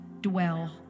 dwell